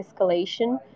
escalation